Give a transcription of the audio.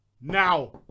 Now